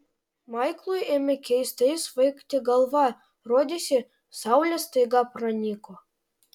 maiklui ėmė keistai svaigti galva rodėsi saulė staiga pranyko